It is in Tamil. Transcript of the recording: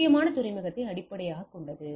முக்கியமானது துறைமுகத்தை அடிப்படையாகக் கொண்டது